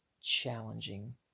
challenging